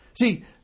See